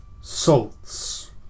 salts